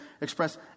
express